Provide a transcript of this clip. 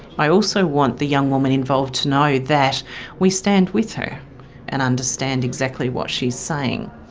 i also want the young woman involved to know that we stand with her and understand exactly what she's saying.